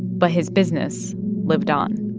but his business lived on.